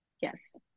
Yes